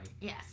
Yes